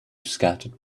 scattered